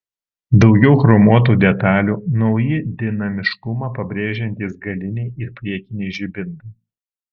daugiau chromuotų detalių nauji dinamiškumą pabrėžiantys galiniai ir priekiniai žibintai